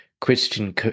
Christian